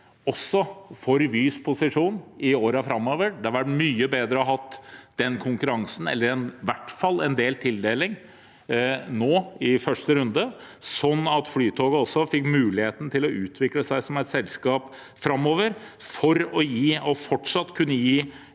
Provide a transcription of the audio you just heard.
for Vys posisjon i årene framover. Det hadde vært mye bedre å ha hatt den konkurransen eller i hvert fall en delt tildeling nå i første runde, sånn at Flytoget fikk muligheten til å utvikle seg som et selskap framover, for fortsatt å kunne gi